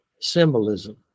Symbolism